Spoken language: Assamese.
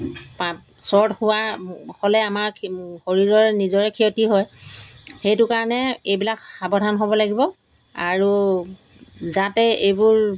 শ্বৰ্ট হোৱা হ'লে আমাৰ শৰীৰৰ নিজৰে ক্ষতি হয় সেইটো কাৰণে এইবিলাক সাৱধান হ'ব লাগিব আৰু যাতে এইবোৰ